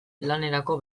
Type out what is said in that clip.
lanerako